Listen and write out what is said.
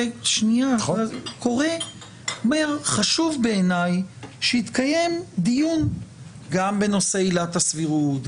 הוא אומר שבעיניו חשוב שיתקיים דיון גם בנושא עילת הסבירות,